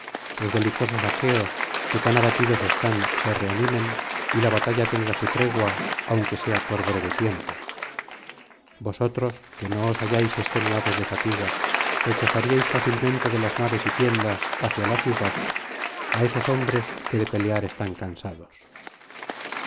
los belicosos dáñaos que tan abatidos están se reanimen y la batalla tenga su tregua aunque sea por breve tiempo nosotros que no nos hallamos extenuados de fatiga rechazaríamos fácilmente de las naves y de las tiendas hacia la ciudad á esos hombres que de pelear están cansados